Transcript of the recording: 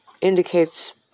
indicates